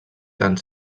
tant